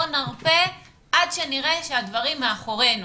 לא נרפה עד שנראה שהדברים יהיו מאחורינו